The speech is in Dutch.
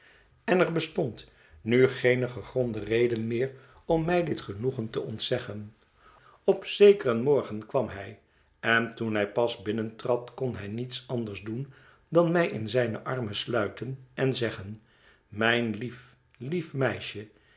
en er bestond nu geene gegronde reden meer om mij dit genoegen te ontzeggen üp zekeren morgen kwam hij en toen hij pas binnentrad kon hij niets anders doen dan mij in zijne armen sluiten en zeggen mijn lief lief meisje